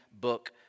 book